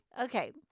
Okay